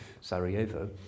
Sarajevo